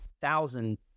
thousand